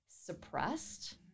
suppressed